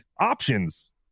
options